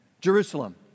Jerusalem